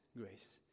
grace